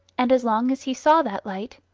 and as long as he saw that light,